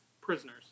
Prisoners